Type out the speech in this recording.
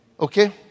Okay